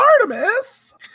Artemis